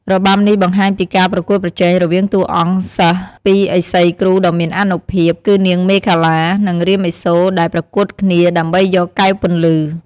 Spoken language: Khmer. របាំនេះបង្ហាញពីការប្រកួតប្រជែងរវាងតួអង្គសិស្សពីឥសីគ្រូដ៏មានអានុភាព គឺនាងមេខលា និងរាមឥសូរដែលប្រកួតគ្នាដើម្បីយកកែវពន្លឺ។